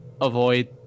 avoid